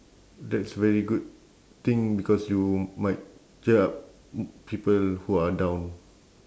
that's very good thing because you might cheer up people who are down